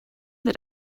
that